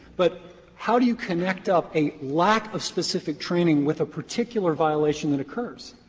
but how do you connect up a lack of specific training with a particular violation that occurs?